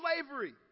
slavery